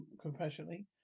compassionately